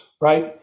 right